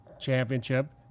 championship